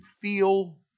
feel